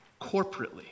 corporately